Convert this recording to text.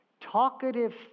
talkative